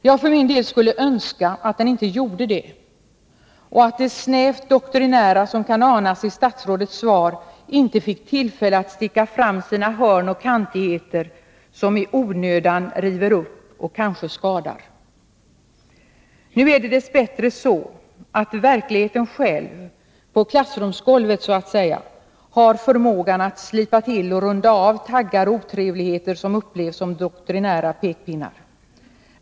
Jag skulle önska att den inte gjorde det och att det snävt doktrinära som kan anas i statsrådets svar inte fick tillfälle att sticka fram sina hörn och kantigheter, som i onödan river upp och kanske skadar. Nu har dess bättre verkligheten själv — det som sker på klassrumsgolvet — förmågan att slipa av och runda till taggar och otrevligheter som upplevs som doktrinära pekpinnar.